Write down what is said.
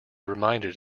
reminded